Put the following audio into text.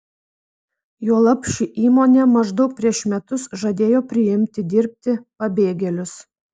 juolab ši įmonė maždaug prieš metus žadėjo priimti dirbti pabėgėlius